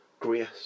Grace